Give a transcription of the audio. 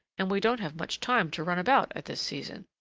and we don't have much time to run about at this season.